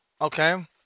okay